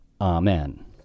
Amen